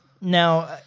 Now